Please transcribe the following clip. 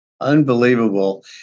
Unbelievable